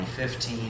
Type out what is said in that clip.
2015